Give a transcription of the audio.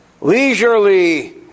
Leisurely